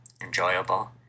enjoyable